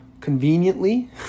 conveniently